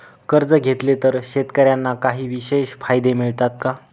कर्ज घेतले तर शेतकऱ्यांना काही विशेष फायदे मिळतात का?